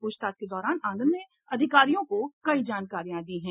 पूछताछ के दौरान आनंद ने अधिकारियों को कई जानकारियां दी है